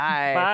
Bye